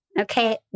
Okay